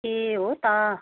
ए हो त